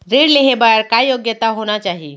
ऋण लेहे बर का योग्यता होना चाही?